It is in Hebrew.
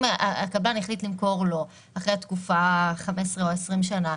הקבלן החליט למכור לו אחרי התקופה 15 או 20 שנה,